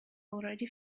already